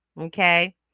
Okay